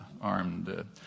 armed